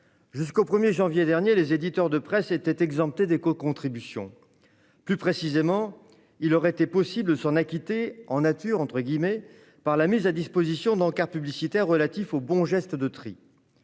Jusqu'au 1 janvier dernier, les éditeurs de presse étaient exemptés d'écocontribution. Plus précisément, il leur était possible de s'en acquitter en nature, par la mise à disposition d'encarts publicitaires relatifs aux bons gestes de tri.